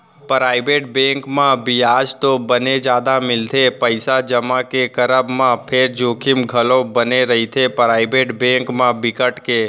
private bank म बियाज तो बने जादा मिलथे पइसा जमा के करब म फेर जोखिम घलोक बने रहिथे, पराइवेट बेंक म बिकट के